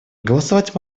голосовать